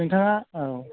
नोंथाङा औ